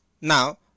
Now